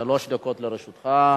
שלוש דקות לרשותך.